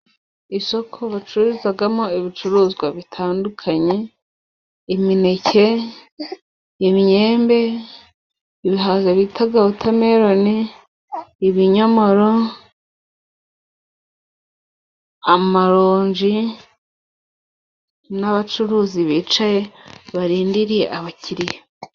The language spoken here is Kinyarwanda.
Isoko bacuruzagamo ibicuruzwa bitandukanye, imineke imyembe, ibihaza bita wotameloni, ibinyomoro ,amaronji, n'abacuruzi bicaye barindiriye abakiriya.